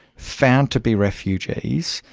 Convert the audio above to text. found to be refugees,